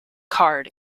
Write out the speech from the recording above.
card